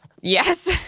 yes